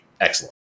excellent